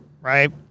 right